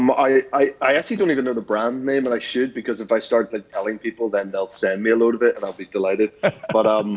um i i actually don't even know the brand name, and i should, because if i start but telling people, then they'll send me a load of it, and i'll be delighted. laughs but um